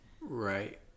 right